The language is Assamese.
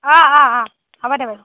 অঁ অঁ অঁ হ'ব দে বাৰু